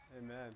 amen